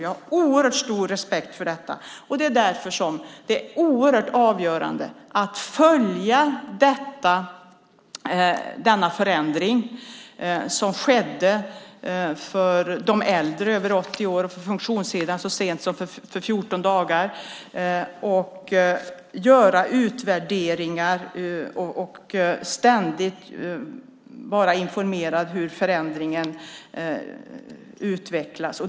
Jag har oerhört stor respekt för detta. Det är därför oerhört avgörande att följa den förändring som skedde för de äldre över 80 år och funktionshindrade så sent som för 14 dagar sedan. Det handlar om att göra utvärderingar och ständigt vara informerad om hur förändringen utvecklas.